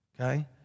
Okay